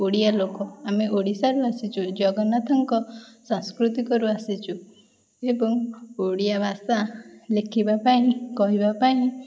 ଓଡ଼ିଆ ଲୋକ ଆମେ ଓଡ଼ିଶାରୁ ଆସିଛୁ ଜଗନ୍ନାଥଙ୍କ ସାଂସ୍କୃତିକରୁ ଆସିଛି ଏବଂ ଓଡ଼ିଆ ଭାଷା ଲେଖିବା ପାଇଁ କହିବା ପାଇଁ